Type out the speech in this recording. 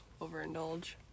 overindulge